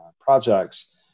projects